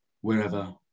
wherever